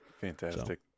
fantastic